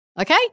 okay